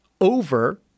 over